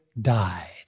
died